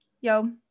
yo